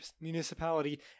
municipality